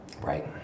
Right